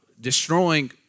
destroying